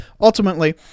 Ultimately